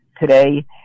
today